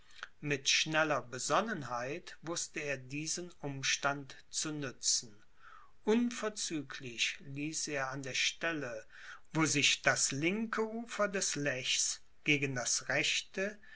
mit schneller besonnenheit wußte er diesen umstand zu nützen unverzüglich ließ er an der stelle wo sich das linke ufer des lechs gegen das rechte